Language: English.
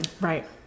right